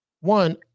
one